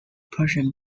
persian